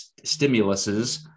stimuluses